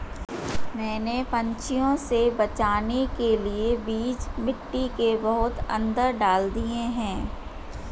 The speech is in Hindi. मैंने पंछियों से बचाने के लिए बीज मिट्टी के बहुत अंदर डाल दिए हैं